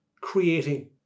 creating